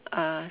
uh